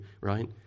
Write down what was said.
right